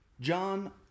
John